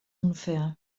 unfair